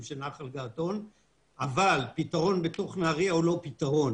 של נחל געתון אבל פתרון בתוך נהריה הוא לא פתרון.